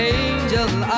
angel's